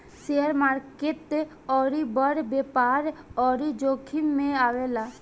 share market अउरी बड़ व्यापार अउरी जोखिम मे आवेला